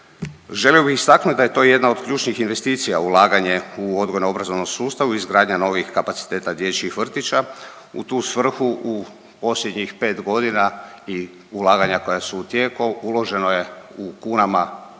Želio bih istaknuti da je to jedna od ključnih investicija ulaganje u odgojno-obrazovnom sustavu, izgradnja novih kapaciteta dječjih vrtića. U tu svrhu u posljednjih pet godina i ulaganja koja su u tijeku uloženo je u kunama preko